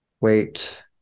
Wait